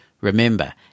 remember